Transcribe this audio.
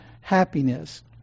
happiness